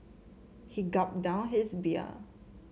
he gulped down his beer